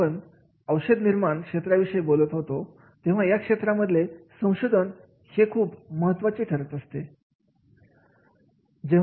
जेव्हा आपण औषधनिर्माण क्षेत्राविषयी बोलत असतो तेव्हा या क्षेत्रामध्ये संशोधन हे खूप महत्त्वाचे ठरत असते